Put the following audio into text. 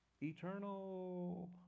eternal